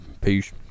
Peace